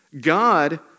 God